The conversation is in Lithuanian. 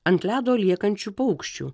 ant ledo liekančių paukščių